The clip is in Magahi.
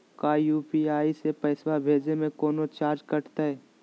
का यू.पी.आई से पैसा भेजे में कौनो चार्ज कटतई?